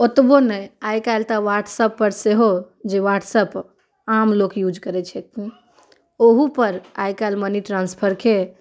ओतबो नहि आइ कल्हि तऽ व्हाट्सअपपर सेहो जे व्हाट्सअप आम लोक यूज करै छथिन ओहूपर आइ काल्हि मनी ट्रान्सफरके